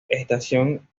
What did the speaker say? estación